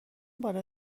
بالا